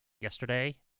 Yesterday